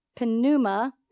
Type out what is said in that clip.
pneuma